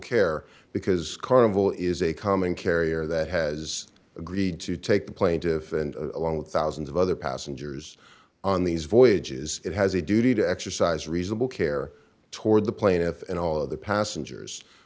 care because carnival is a common carrier that has agreed to take the plaintiff and along with thousands of other passengers on these voyages it has a duty to exercise reasonable care toward the plaintiff and all of the passengers